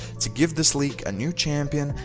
to give this league a new champion,